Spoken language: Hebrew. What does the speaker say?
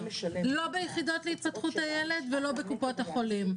אנחנו לא משלמים 27 שקלים לא ביחידות להתפתחות הילד ולא בקופות החולים.